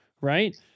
Right